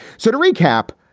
so to recap,